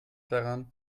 daran